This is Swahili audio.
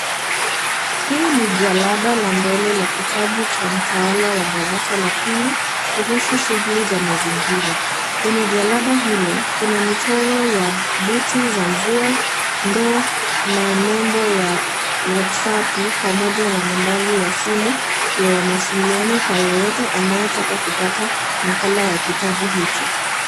Hii ni jalada la mbele la kitabu cha mtaala wa darasa la pili kuhusu shughuli za mazingira, kwenye jalada hilo kuna michoro ya buti za mvua, ndoo na nembo ya (cs)watsapu(cs) pamoja na nambari ya simu ya mawasiliano kwa yeyote anayetaka kupata nakala ya kitabu hicho.